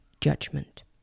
judgment